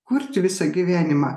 kurti visą gyvenimą